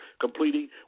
completing